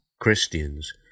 Christians